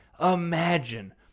Imagine